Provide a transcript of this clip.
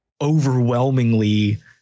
overwhelmingly